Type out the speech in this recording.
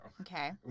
Okay